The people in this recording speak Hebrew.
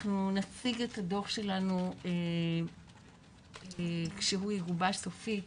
אנחנו נציג את הדו"ח שלנו כשהוא יגובש סופית,